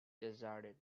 deserted